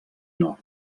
nord